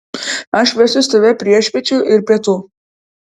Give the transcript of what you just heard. aš vesiuos tave priešpiečių ir pietų